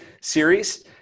series